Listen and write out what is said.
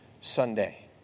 Sunday